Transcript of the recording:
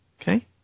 Okay